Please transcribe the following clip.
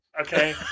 Okay